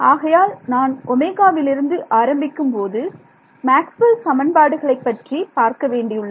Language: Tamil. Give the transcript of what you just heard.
ஆகையால் நான் விலிருந்து ஆரம்பிக்கும்போது மேக்ஸ்வெல் சமன்பாடுகளை பற்றி பார்க்கவேண்டியுள்ளது